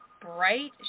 bright